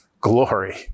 glory